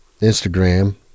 Instagram